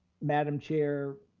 madam chair,